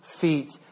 feet